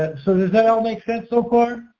ah so does that all make sense? so far?